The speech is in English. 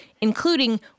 including